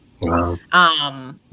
Wow